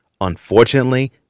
Unfortunately